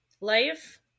life